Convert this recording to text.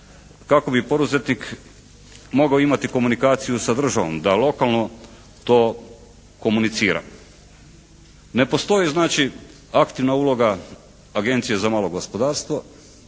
kako bi poduzetnik mogao imati komunikaciju sa državom, da lokalno to komunicira. Ne postoji znači aktivna uloga Agencije za malo gospodarstvo.